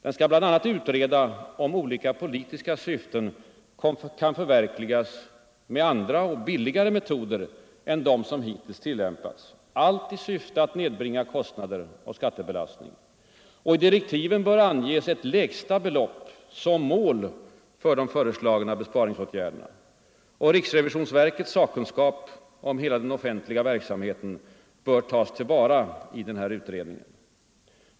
Den skall bl.a. utreda om olika politiska syften kan förverkligas med andra och billigare metoder än dem som hittills tillämpats. Allt i syfte att nedbringa kostnader och skattebelastning. I direktiven bör anges ett lägsta belopp som mål för de föreslagna besparingsåtgärderna. Och riksrevisionsverkets sakkunskap om hela den offentliga verksamheten bör tas till vara inom utredningen.